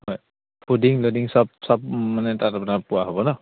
হয় fooding lodging চব চব মানে তাত আপোনাৰ পোৱা হ'ব ন